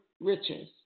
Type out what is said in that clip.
riches